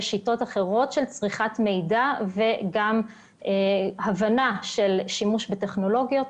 יש שיטות שונות של צריכת מידע ויש שוני בהבנה של שימוש בטכנולוגיה.